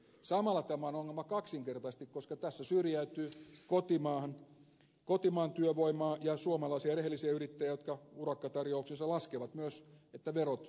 samalla tämä on ongelma kaksinkertaisesti koska tässä syrjäytyy kotimaan työvoimaa ja suomalaisia rehellisiä yrittäjiä jotka urakkatarjouksissa laskevat myös että verot asianmukaisesti maksetaan